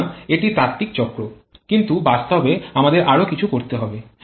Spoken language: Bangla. সুতরাং এটি তাত্ত্বিক চক্র কিন্তু বাস্তবে আমাদের আরও কিছু করতে হবে